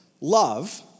Love